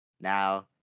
Now